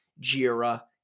JIRA